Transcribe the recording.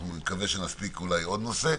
אני מקווה שנספיק אולי עוד נושא,